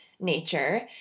nature